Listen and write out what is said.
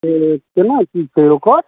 से केना की छै ओकर